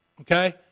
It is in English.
Okay